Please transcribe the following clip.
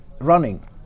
running